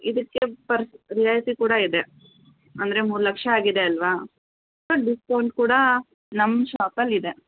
ಇದಕ್ಕೆ ಪರ್ ರಿಯಾಯಿತಿ ಕೂಡ ಇದೆ ಅಂದರೆ ಮೂರು ಲಕ್ಷ ಆಗಿದೆ ಅಲ್ಲವಾ ಡಿಸ್ಕೌಂಟ್ ಕೂಡ ನಮ್ಮ ಶಾಪಲ್ಲಿದೆ